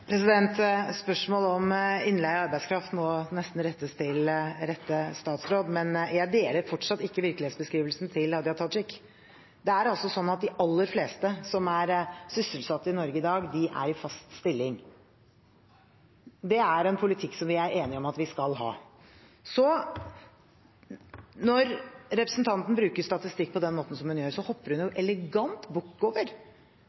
Spørsmålet om innleie av arbeidskraft må nesten rettes til rette statsråd. Jeg deler fortsatt ikke virkelighetsbeskrivelsen til Hadia Tajik. De aller fleste som er sysselsatt i Norge i dag, er i fast stilling. Det er en politikk som vi er enige om at vi skal ha. Når representanten bruker statistikk på den måten som hun gjør, hopper hun jo elegant bukk over